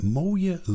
mooie